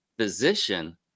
physician